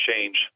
change